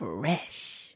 Fresh